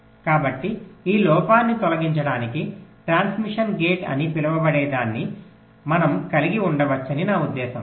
కాబట్టి ఈ లోపాన్ని తొలగించడానికి ట్రాన్స్మిషన్ గేట్ అని పిలువబడేదాన్ని మనం కలిగి ఉండవచ్చని నా ఉద్దేశ్యం